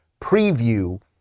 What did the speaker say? preview